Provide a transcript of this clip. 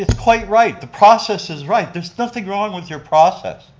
quite right, the process is right, there's nothing wrong with your process,